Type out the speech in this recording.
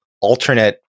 alternate